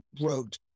wrote